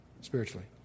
spiritually